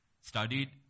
studied